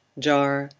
jar,